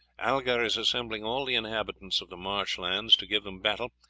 algar is assembling all the inhabitants of the marsh lands to give them battle,